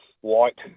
White